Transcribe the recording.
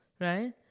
Right